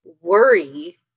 worry